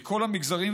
מכל המגזרים,